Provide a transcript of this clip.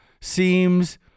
seems